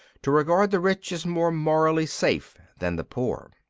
to regard the rich as more morally safe than the poor.